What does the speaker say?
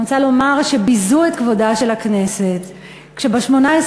אני רוצה לומר שביזו את כבודה של הכנסת כשב-18